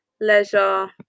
leisure